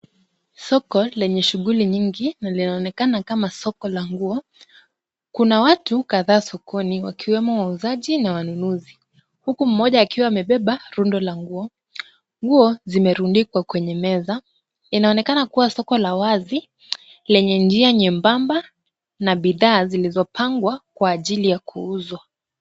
Soko lenye shughuli nyingi, linaonekana kama soko la nguo, kuna watu kadhaa sokoni, wakiwemo wauzaji na wanunuzi, huku mmoja akiwa amebeba rundo la nguo, nguo zimerundikwa kwenye meza, inaonekana kuwa soko la wazi lenye njia nyembamba na bidhaa zilizopangwa kwa ajili ya kuuzwa.